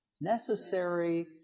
Necessary